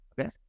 Okay